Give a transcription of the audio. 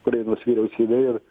ukrainos vyriausybei ir